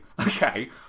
Okay